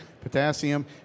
Potassium